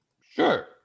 Sure